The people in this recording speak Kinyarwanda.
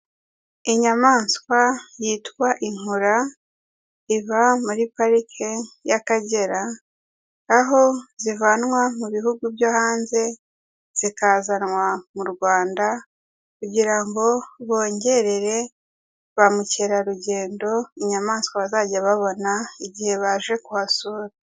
Inyamaswa yitwa inkura iba muri parike y'Akagera, aho zivanwa mu bihugu byo hanze zikazanwa mu Rwanda kugira ngo bongerere ba mukerarugendo inyamaswa bazajya babona igihe baje kuhasura.